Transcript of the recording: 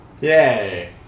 Yay